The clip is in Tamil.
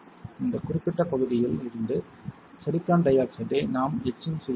இந்த குறிப்பிட்ட பகுதியில் இருந்து சிலிக்கான் டை ஆக்சைடை நாம் எட்சிங் செய்ய முடியும்